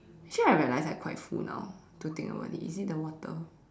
actually I realize I am quite full now to think about it is it the water